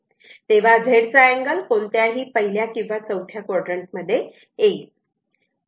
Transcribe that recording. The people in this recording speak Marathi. तेव्हा या Z चा अँगल कोणत्याही पहिल्या किंवा चौथ्या क्वाड्रण्टमध्ये येईल